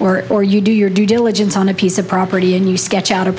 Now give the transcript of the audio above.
or or you do your due diligence on a piece of property and you sketch out a